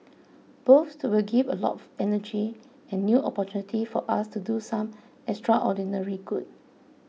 both will give a lot of energy and new opportunity for us to do some extraordinary good